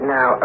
Now